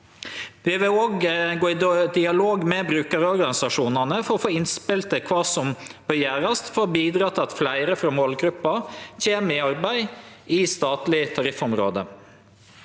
Vi vil òg gå i dialog med brukarorganisasjonane for å få innspel til kva som bør gjerast for å bidra til at fleire frå målgruppa kjem i arbeid i statleg tariffområde.